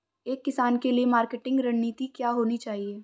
एक किसान के लिए मार्केटिंग रणनीति क्या होनी चाहिए?